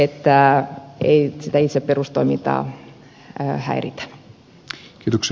että ei sitä itse perustoimintaa häiritä